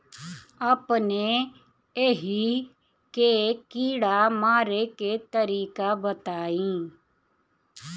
अपने एहिहा के कीड़ा मारे के तरीका बताई?